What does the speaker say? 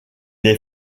est